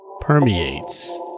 permeates